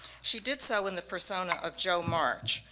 she did so in the persona of jo march,